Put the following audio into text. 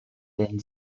denn